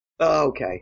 Okay